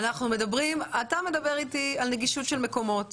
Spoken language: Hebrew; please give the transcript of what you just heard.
אתה דבר איתי על נגישות של מקומות.